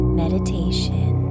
meditation